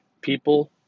People